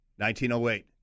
1908